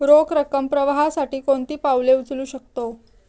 रोख रकम प्रवाहासाठी कोणती पावले उचलू शकतो?